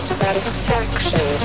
satisfaction